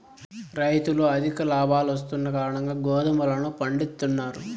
రైతులు అధిక లాభాలు వస్తున్న కారణంగా గోధుమలను పండిత్తున్నారు